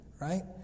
right